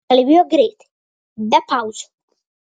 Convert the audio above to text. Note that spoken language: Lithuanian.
kalbėjo greitai be pauzių